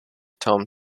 tom